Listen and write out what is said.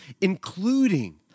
including